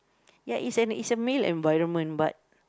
ya it's a it's a male environment but